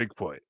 Bigfoot